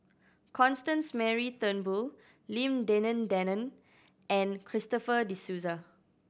Constance Mary Turnbull Lim Denan Denon and Christopher De Souza